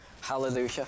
Hallelujah